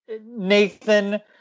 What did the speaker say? Nathan